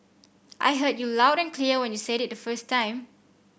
I heard you loud and clear when you said it the first time